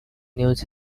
news